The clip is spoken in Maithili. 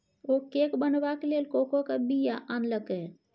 ओ केक बनेबाक लेल कोकोक बीया आनलकै